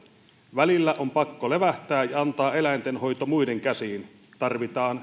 välillä on pakko levähtää ja antaa eläinten hoito muiden käsiin tarvitaan